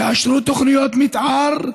תאשרו תוכניות מתאר,